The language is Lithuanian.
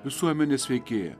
visuomenės veikėja